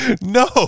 no